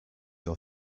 your